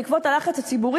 בעקבות הלחץ הציבורי,